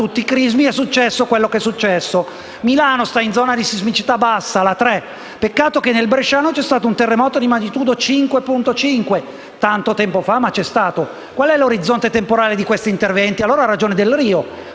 tutti i crismi, è successo quello che è successo. Milano si trova in zona 3, una zona quindi di sismicità bassa. Peccato che nel bresciano c'è stato un terremoto di magnitudo 5.5, tanto tempo fa, ma c'è stato. Qual è l'orizzonte temporale di questi interventi? Allora ha ragione Delrio